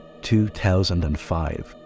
2005